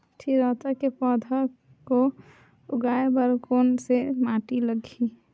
चिरैता के पौधा को उगाए बर कोन से माटी लगही?